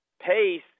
pace